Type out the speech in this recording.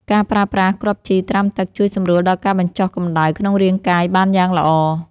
ការប្រើប្រាស់គ្រាប់ជីត្រាំទឹក ជួយសម្រួលដល់ការបញ្ចុះកម្តៅក្នុងរាងកាយបានយ៉ាងល្អ។